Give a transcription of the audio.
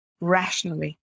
rationally